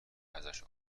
ازش